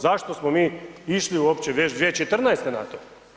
Zašto smo mi išli uopće 2014. na to.